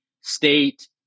state